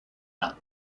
not